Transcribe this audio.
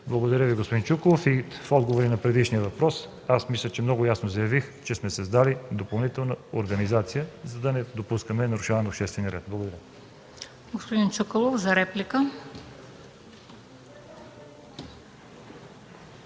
Благодаря Ви, господин Чуколов. И с отговора и на предишния въпрос аз мисля, че много ясно заявих, че сме създали допълнителна организация за недопускане нарушаване на обществения ред. Благодаря. ПРЕДСЕДАТЕЛ МЕНДА